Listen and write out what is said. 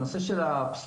הנושא של הפסולת,